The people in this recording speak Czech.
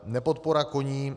Nepodpora koním.